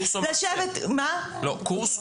לשבת --- קורס,